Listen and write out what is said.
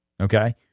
Okay